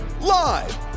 live